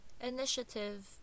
initiative